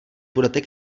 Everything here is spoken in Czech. budete